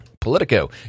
Politico